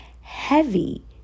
heavy